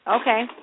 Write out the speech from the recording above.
Okay